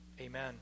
Amen